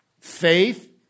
Faith